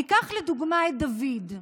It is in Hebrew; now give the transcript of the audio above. ניקח לדוגמה את דוד,